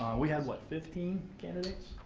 we had what, fifteen candidates?